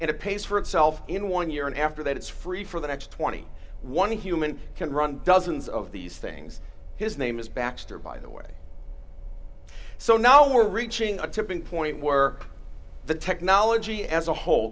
and a pays for itself in one year and after that it's free for the next twenty one dollars human can run dozens of these things his name is baxter by the way so now we're reaching a tipping point where the technology as a whole